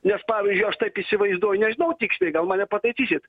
nes pavyzdžiui aš taip įsivaizduoju nežinau tiksliai gal mane pataisysit